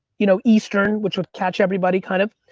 you know eastern, which would catch everybody, kind of,